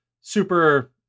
super